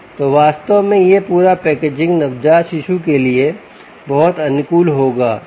तो वास्तव में यह पूरा पैकेजिंग नवजात शिशु के लिए बहुत अनुकूल होगा ठीक